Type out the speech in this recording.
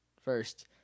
first